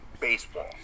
baseball